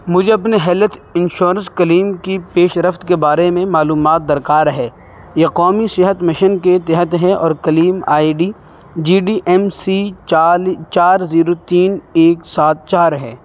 مجھے اپنے health insurance claim کی پیشرفت کے بارے میں معلومات درکار ہے یہ قومی صحت مشن کے تحت ہے اور claim I D G D M C چال چار زیرو تین ایک سات چار ہے